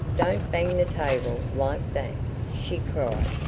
don't bang the table like that, she cried.